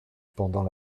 pendant